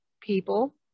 People